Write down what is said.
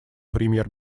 премьер